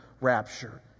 rapture